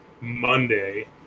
Monday